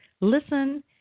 listen